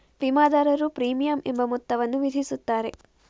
ವಿಮಾದಾರರು ಪ್ರೀಮಿಯಂ ಎಂಬ ಮೊತ್ತವನ್ನು ವಿಧಿಸುತ್ತಾರೆ